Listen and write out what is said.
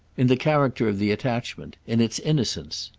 in the character of the attachment. in its innocence.